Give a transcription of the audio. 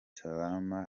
salaam